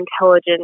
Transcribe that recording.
intelligent